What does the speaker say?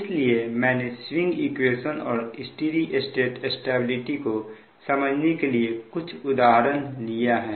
इसलिए मैंने swing equation और स्टेडी स्टेट स्टेबिलिटी को समझने के लिए कुछ उदाहरण लिया है